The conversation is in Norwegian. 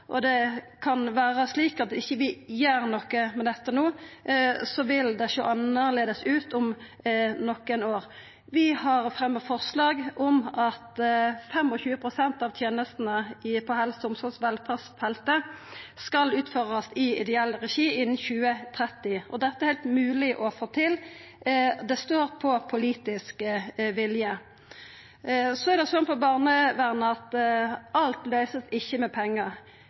sektor. Det kan vera slik at dersom vi ikkje gjer noko med dette no, vil det sjå annleis ut om nokre år. Vi har fremja forslag om at 25 pst. av tenestene på helse- og omsorgsfeltet skal utførast i ideell regi innan 2030. Dette er heilt mogleg å få til. Det står på politisk vilje. Men i barnevernet vert ikkje alt løyst med pengar. Vi har prioritert kommuneøkonomien, for det er det